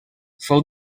fou